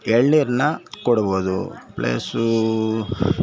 ಎಳನೀರನ್ನ ಕೊಡ್ಬೋದು ಪ್ಲೆಸ್ಸು